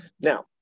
Now